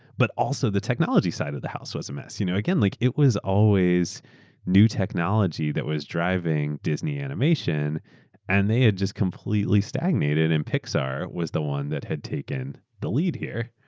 but also the technology side of the house was a mess. you know again, like it was always new technology that was driving disney animation and they had just completely stagnated in pixar. it was the one that had taken the lead here.